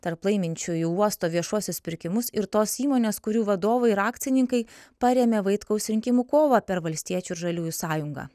tarp laiminčiųjų uosto viešuosius pirkimus ir tos įmonės kurių vadovai ir akcininkai parėmė vaitkaus rinkimų kovą per valstiečių ir žaliųjų sąjungą